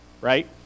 right